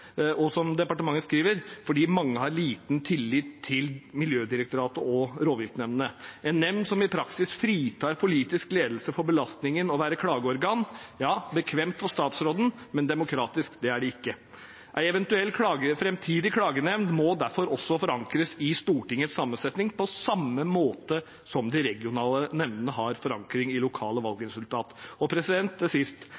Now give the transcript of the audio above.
– som departementet skriver – mange har liten tillit til Miljødirektoratet og rovviltnemndene. En nemnd som i praksis fritar politisk ledelse for belastningen ved å være klageorgan, er bekvemt for statsråden, men demokratisk er det ikke. En eventuell framtidig klagenemnd må derfor også forankres i Stortingets sammensetning, på samme måte som de regionale nemndene har forankring i lokale